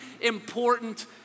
important